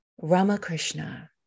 Ramakrishna